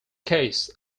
case